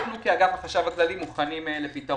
אנחנו כאגף החשב הכללי מוכנים לפתרון.